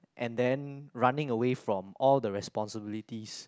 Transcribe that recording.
and then running away from all the responsibilities